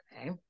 Okay